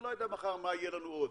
ואני לא יודע מחר מה יהיה לנו עוד,